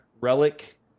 Relic